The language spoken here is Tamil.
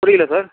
புரியல சார்